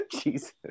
Jesus